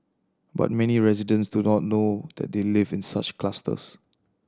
but many residents do not know that they live in such clusters